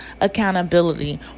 accountability